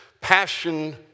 passion